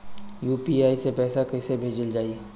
UPI से पैसा कइसे भेजल जाई?